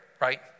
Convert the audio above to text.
right